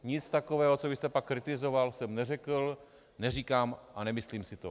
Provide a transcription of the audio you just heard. Nic takového, co vy jste pak kritizoval, jsem neřekl, neříkám a nemyslím si to.